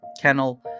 kennel